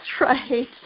right